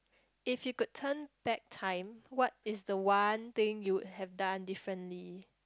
if you could turn back time what is the one thing you would have done differently